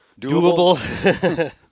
doable